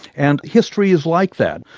and history is like that.